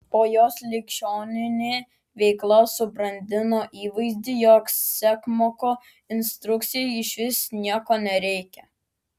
o jos ligšiolinė veikla subrandino įvaizdį jog sekmoko institucijai išvis nieko nereikia